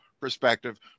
perspective